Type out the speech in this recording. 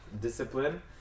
discipline